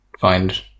find